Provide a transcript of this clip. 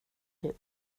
det